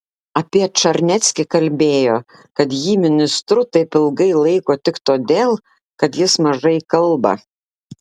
apie čarneckį kalbėjo kad jį ministru taip ilgai laiko tik todėl kad jis mažai kalba